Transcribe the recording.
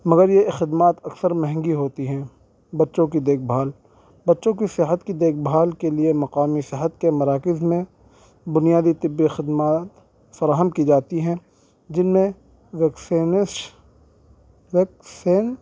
مگر یہ خدمات اکثر مہنگی ہوتی ہیں بچوں کی دیکھ بھال بچوں کی صحت کی دیکھ بھال کے لیے مقامی صحت کے مراکز میں بنیادی طبی خدمات فراہم کی جاتی ہیں جن میں ویکسینش ویکسین